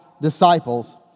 disciples